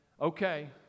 okay